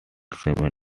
cemetery